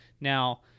Now